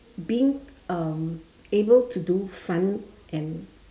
being um able to do fun and